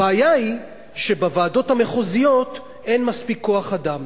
הבעיה היא שבוועדות המחוזיות אין מספיק כוח-אדם.